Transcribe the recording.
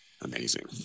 amazing